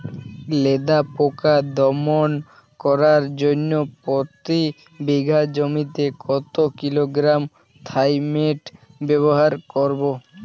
লেদা পোকা দমন করার জন্য প্রতি বিঘা জমিতে কত কিলোগ্রাম থাইমেট ব্যবহার করব?